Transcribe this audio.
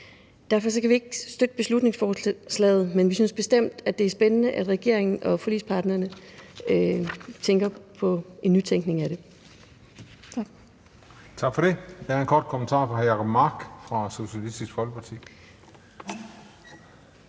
Derfor kan vi ikke støtte beslutningsforslaget, men vi synes bestemt, at det er spændende, at regeringen og forligsparterne tænker på en nytænkning af det. Tak.